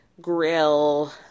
grill